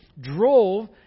drove